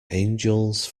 angels